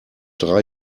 drei